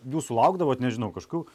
jūs sulaukdavot nežinau kažkokių